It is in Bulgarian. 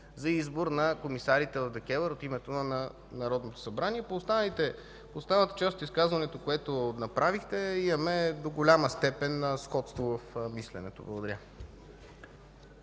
за избор на комисарите в ДКЕВР от името на Народното събрание. По останалата част от изказването, което направихте, имаме до голяма степен сходство в мисленото. Благодаря.